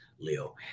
Leo